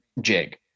jig